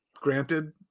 Granted